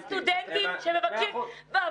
יש סטודנטים שמבקשים לא להיבחן,